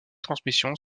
transmission